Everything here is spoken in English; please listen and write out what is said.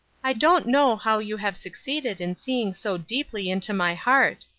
i don't know how you have succeeded in seeing so deeply into my heart,